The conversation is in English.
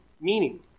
meaning